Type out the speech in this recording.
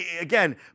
Again